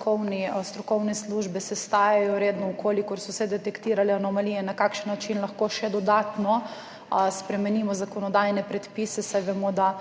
strokovne službe se redno sestajajo, če detektirajo anomalije in na kakšen način lahko še dodatno spremenimo zakonodajne predpise, saj vemo, da